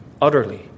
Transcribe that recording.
utterly